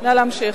נא להמשיך.